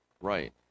Right